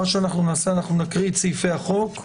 אני מציע שאנחנו נקריא את סעיפי החוק,